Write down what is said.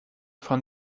von